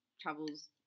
travels